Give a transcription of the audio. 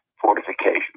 fortifications